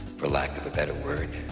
for lack of a better word,